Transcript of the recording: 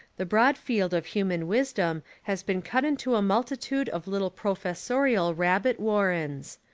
the broad field of human wisdom has been cut into a multitude of little professorial rabbit warrens.